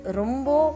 rumbo